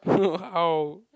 how